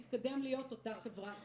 תתקדם להיות אותה חברת מופת.